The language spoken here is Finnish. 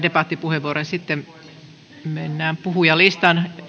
debattipuheenvuoro ja sitten mennään puhujalistaan